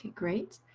great.